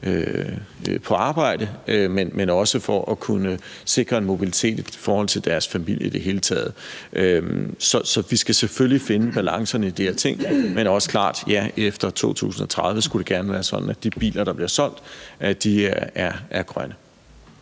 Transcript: på arbejde, men også for at kunne sikre en mobilitet i forhold til deres familie i det hele taget. Så vi skal selvfølgelig finde balancerne i de her ting, og efter 2030 skulle det gerne være sådan, at de biler, der bliver solgt, er grønne.